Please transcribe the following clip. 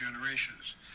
generations